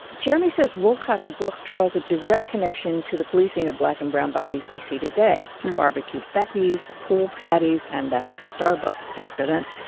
jeremy says wolcott's book draws a direct connection to the policing of black and brown bodies we see today the bbq beckys, the pool pattys and that starbucks incident.